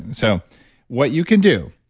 so what you can do,